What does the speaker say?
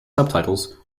subtitles